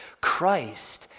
Christ